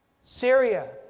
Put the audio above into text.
Syria